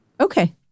Okay